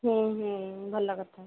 ଭଲ କଥା